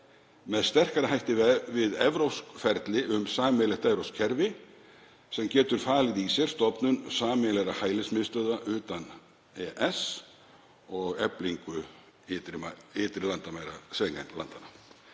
með sterkari hætti við evrópsk ferli um sameiginlegt evrópskt kerfi sem getur falið í sér stofnun sameiginlegra hælismiðstöðva utan EES og eflingu ytri landamæra Schengen-landanna.